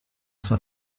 sua